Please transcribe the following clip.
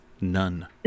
None